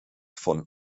von